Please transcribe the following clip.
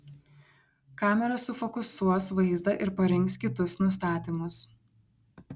kamera sufokusuos vaizdą ir parinks kitus nustatymus